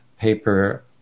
paper